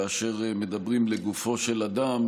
כאשר מדברים לגופו של אדם,